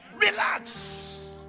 relax